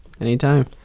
anytime